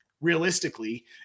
realistically